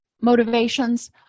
motivations